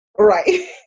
Right